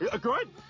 Good